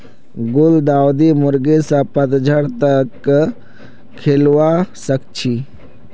गुलदाउदी गर्मी स पतझड़ तक खिलवा सखछे